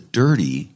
dirty